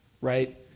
right